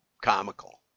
comical